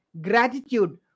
gratitude